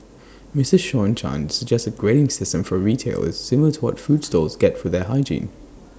Mister Sean chan suggests A grading system for retailers similar to what food stalls get for their hygiene